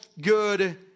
good